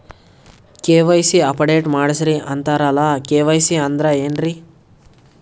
KYC update ಮಾಡಸ್ರೀ ಅಂತರಲ್ಲ KYC ಅಂದ್ರ ಏನ್ರೀ?